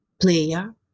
player